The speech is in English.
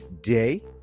day